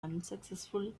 unsuccessful